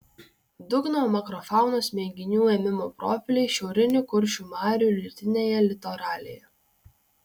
dugno makrofaunos mėginių ėmimo profiliai šiaurinių kuršių marių rytinėje litoralėje